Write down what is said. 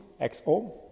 XO